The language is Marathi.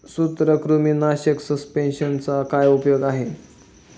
सूत्रकृमीनाशक सस्पेंशनचा काय उपयोग आहे?